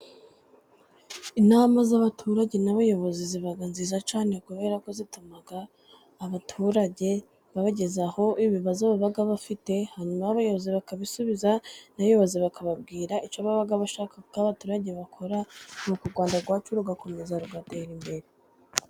Inama z'abaturage n'abayobozi ziba nziza cyane, kubera ko zituma abaturage babagezaho ibibazo baba bafite, hanyuma abayobozi bakabisubiza n'ayobozi bakababwira icyo baba bashaka ko abaturage bakora, n' u Rwanda rwacu rugakomeza rugatera imbere.